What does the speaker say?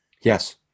Yes